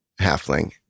halfling